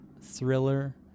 thriller